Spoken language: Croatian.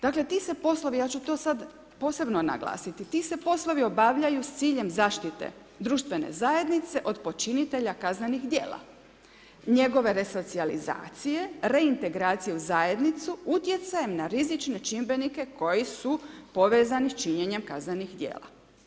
Dakle, ti se poslovi, ja ću to posebno naglasiti, ti se poslovi obavljaju s ciljem zaštite društvene zajednice od počinitelja kaznenih djela, njegove resocijalizacije, reintegracije u zajednicu, utjecajem na rizične čimbenike koji su povezani s činjenjem kaznenih djela.